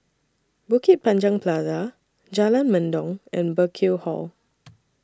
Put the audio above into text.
Bukit Panjang Plaza Jalan Mendong and Burkill Hall